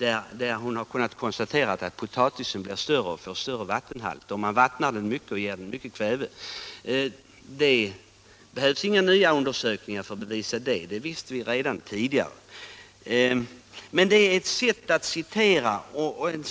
Hon har i utredningen kunnat konstatera att potatisen blir större och får en större vattenhalt om man vattnar den mycket och ger den mycket kväve. Det behövs inte några nya undersökningar för att bevisa detta — det vet vi redan tidigare. Men detta är ett sätt att läsa en